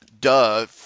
duh